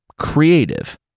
creative